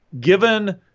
given